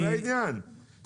שיעשו את זה הפוך.